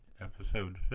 episode